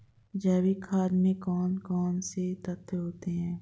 जैविक खाद में कौन कौन से तत्व होते हैं?